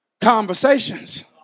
conversations